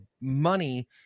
money